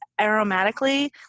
aromatically